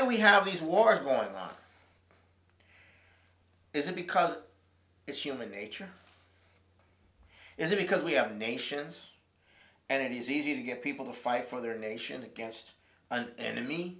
do we have these wars going up isn't because it's human nature is it because we have nations and it is easy to get people to fight for their nation against an enemy